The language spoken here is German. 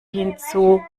hinzu